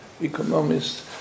economists